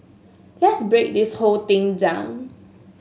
let's break this whole thing down